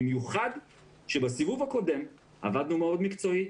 במיוחד כשבסיבוב הקודם עבדנו מאוד מקצועי,